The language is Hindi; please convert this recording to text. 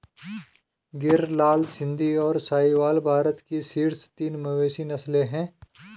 गिर, लाल सिंधी, और साहीवाल भारत की शीर्ष तीन मवेशी नस्लें हैं